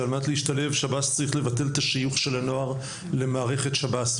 שעל מנת להשתלב שב"ס צריך לבטל את השיוך של הנער למערכת שב"ס,